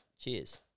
Cheers